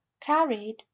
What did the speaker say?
carried